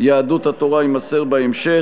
יהדות התורה: יימסר בהמשך.